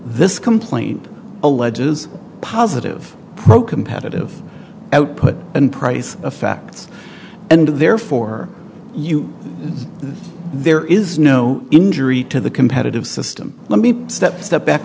this complaint alleges positive pro competitive output and price of facts and therefore you there is no injury to the competitive system let me step step back